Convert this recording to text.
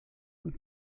und